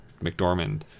McDormand